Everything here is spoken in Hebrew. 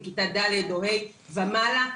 מכיתה ד או ה' ומעלה,